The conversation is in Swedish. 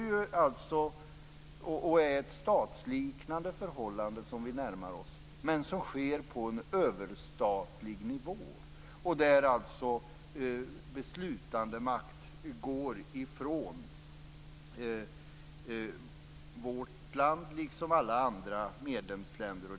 Men det är ett statsliknande förhållande som vi närmar oss men som sker på en överstatlig nivå, och där beslutandemakt går från vårt land och från övriga medlemsländer.